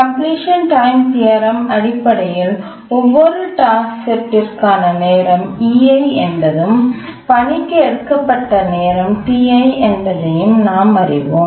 completion time தியரத்தின் அடிப்படையில் ஒவ்வொரு டாஸ்க்செட் ற்கான நேரம் ei என்பதும் பணிக்கு எடுக்கப்பட்ட நேரம் ti என்பதையும் நாம் அறிவோம்